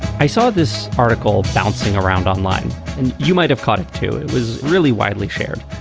i saw this article bouncing around online and you might have caught it, too. it was really widely shared.